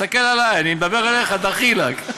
תסתכל עלי, אני מדבר אליך, דחילק,